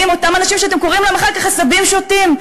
אותם אנשים שאתם קוראים להם אחר כך "עשבים שוטים".